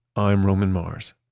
i'm roman mars